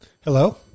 Hello